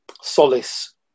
solace